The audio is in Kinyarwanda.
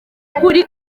kuri